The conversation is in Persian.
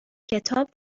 کتاب